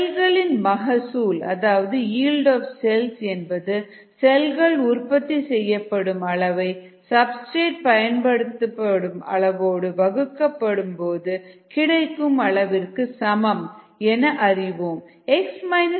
செல்களின் மகசூல் Yxs என்பது செல்கள் உற்பத்தி செய்யப்படும் அளவை சப்ஸ்டிரேட் பயன்படுத்தப்படும் அளவோடு வகுக்கப்படும் போது கிடைக்கும் அளவிற்கு சமம் என அறிவோம்